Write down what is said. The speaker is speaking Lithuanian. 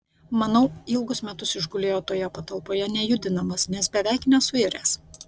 manau ilgus metus išgulėjo toje patalpoje nejudinamas nes beveik nesuiręs